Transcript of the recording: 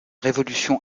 révolution